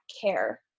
care